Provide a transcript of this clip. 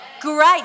Great